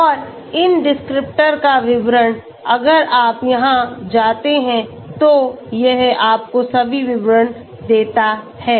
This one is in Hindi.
और इन डिस्क्रिप्टर का विवरण अगर आप यहां जाते हैं तो यह आपको सभी विवरण देता है